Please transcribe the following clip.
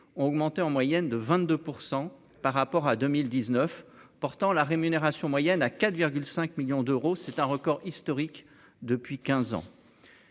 ont augmenté en moyenne de 22 % par rapport à 2019 portant la rémunération moyenne à 4,5 millions d'euros, c'est un record historique depuis 15 ans.